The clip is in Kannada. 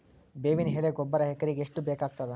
ಬೇವಿನ ಎಲೆ ಗೊಬರಾ ಎಕರೆಗ್ ಎಷ್ಟು ಬೇಕಗತಾದ?